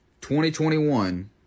2021